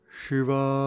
Shiva